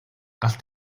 галт